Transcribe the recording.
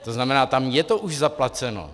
To znamená, tam je to už zaplaceno.